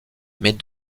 mais